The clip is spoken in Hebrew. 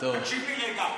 תקשיב לי רגע,